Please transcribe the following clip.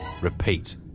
Repeat